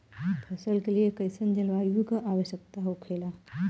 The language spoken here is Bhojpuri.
फसल के लिए कईसन जलवायु का आवश्यकता हो खेला?